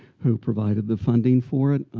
who provided the funding for it.